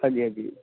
ਹਾਂਜੀ ਹਾਂਜੀ